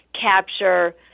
capture